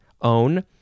own